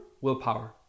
willpower